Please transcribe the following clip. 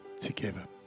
together